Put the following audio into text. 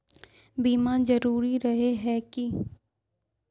बीमा जरूरी रहे है की?